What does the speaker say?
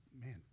man